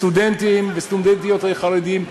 סטודנטים וסטודנטיות חרדים,